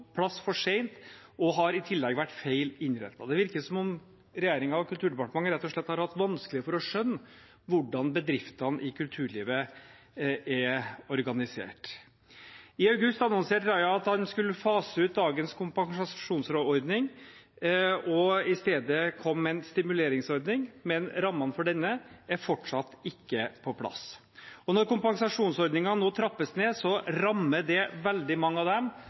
plass for sent, og de har i tillegg vært feil innrettet. Det virker som om regjeringen og Kulturdepartementet rett og slett har hatt vanskeligheter med å skjønne hvordan bedriftene i kulturlivet er organisert. I august annonserte statsråd Raja at han skulle fase ut dagens kompensasjonsordning og i stedet komme med en stimuleringsordning, men rammene for denne er ennå ikke på plass. Når kompensasjonsordningen nå trappes ned, rammer det veldig mange av dem